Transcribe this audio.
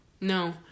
No